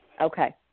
Okay